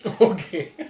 Okay